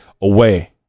away